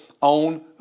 on